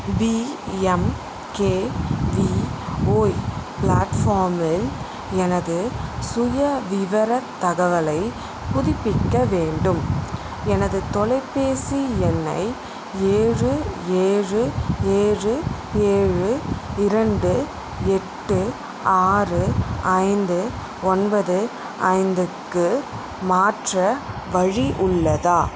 PMKVY ப்ளாட் ஃபார்மில் எனது சுய விவர தகவலை புதுப்பிக்க வேண்டும் எனது தொலைபேசி எண்ணை ஏழு ஏழு ஏழு ஏழு இரண்டு எட்டு ஆறு ஐந்து ஒன்பது ஐந்துக்கு மாற்ற வழி உள்ளதா